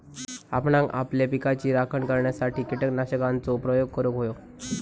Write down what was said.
आपणांक आपल्या पिकाची राखण करण्यासाठी कीटकनाशकांचो प्रयोग करूंक व्हयो